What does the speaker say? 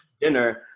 dinner